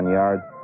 yards